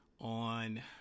on